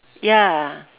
ya